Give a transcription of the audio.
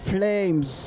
Flames